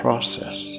Process